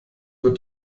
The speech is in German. wird